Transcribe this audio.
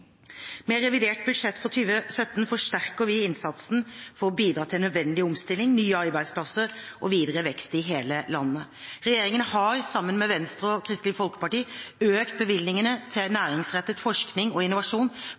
Med revidert budsjett for 2017 forsterker vi innsatsen for å bidra til nødvendig omstilling, nye arbeidsplasser og videre vekst i hele landet. Regjeringen har, sammen med Venstre og Kristelig Folkeparti, økt bevilgningene til næringsrettet forskning og innovasjon